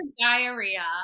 diarrhea